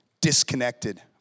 disconnected